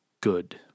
good